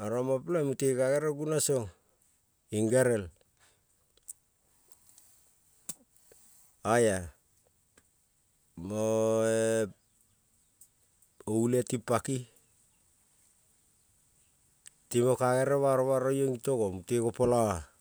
oromo pelen mute ka gerel guno song ingerel, oia ule ting paki mute kagerel baro baro itogo oror mute gopolo a.